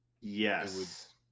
yes